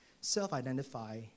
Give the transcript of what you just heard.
self-identify